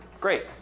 Great